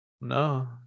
No